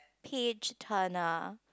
page turn a